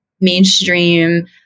mainstream